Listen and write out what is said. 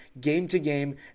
game-to-game